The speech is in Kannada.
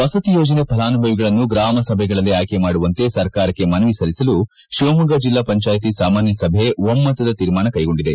ವಸತಿ ಯೋಜನೆ ಫಲಾನುಭವಿಗಳನ್ನು ಗ್ರಾಮ ಸಭೆಗಳಲ್ಲೇ ಆಯ್ಕೆ ಮಾಡುವಂತೆ ಸರ್ಕಾರಕ್ಕೆ ಮನವಿ ಸಲ್ಲಿಸಲು ಶಿವಮೊಗ್ಗ ಜಿಲ್ಲಾ ಪಂಚಾಯಿತಿ ಸಾಮಾನ್ಯ ಸಭೆ ಒಮ್ಮತದ ತೀರ್ಮಾನ ಕೈಗೊಂಡಿದೆ